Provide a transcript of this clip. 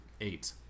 eight